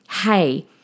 hey